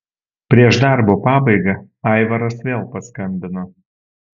prieš darbo pabaigą aivaras vėl paskambino